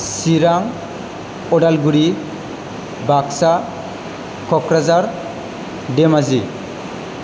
Chirang Udalguri Baksa Kokrajhar Dhemaji